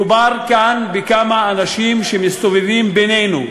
מדובר כאן בכמה אנשים שמסתובבים בינינו,